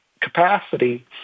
capacity